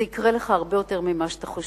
זה יקרה לך הרבה יותר ממה שאתה חושב.